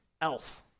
Elf